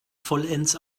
vollends